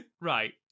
Right